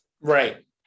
Right